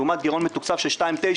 לעומת גרעון מתוקצב של 2.9%,